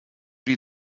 die